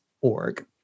org